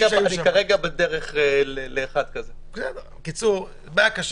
בעיה קשה.